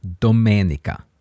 domenica